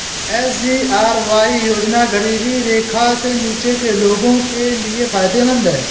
SGRY योजना गरीबी रेखा से नीचे के लोगों के लिए फायदेमंद है